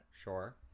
sure